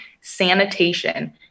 sanitation